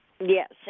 Yes